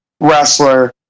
wrestler